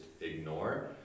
ignore